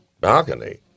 Balcony